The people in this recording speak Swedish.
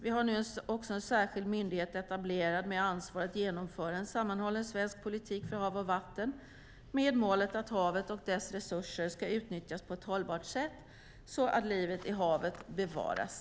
Vi har nu också en särskild myndighet etablerad med ansvar för att genomföra en sammanhållen svensk politik för hav och vatten, med målet att havet och dess resurser ska utnyttjas på ett hållbart sätt och så att livet i havet bevaras.